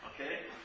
Okay